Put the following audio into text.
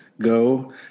go